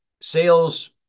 sales